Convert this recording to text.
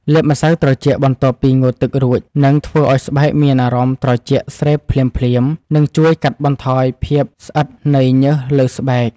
លាបម្ស៉ៅត្រជាក់បន្ទាប់ពីងូតទឹករួចនឹងធ្វើឱ្យស្បែកមានអារម្មណ៍ត្រជាក់ស្រេបភ្លាមៗនិងជួយកាត់បន្ថយភាពស្អិតនៃញើសលើស្បែក។